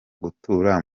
gutura